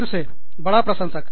फिर से बड़ा प्रशंसक